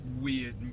weird